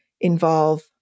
involve